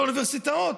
לאוניברסיטאות.